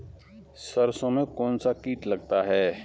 सरसों में कौनसा कीट लगता है?